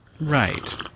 Right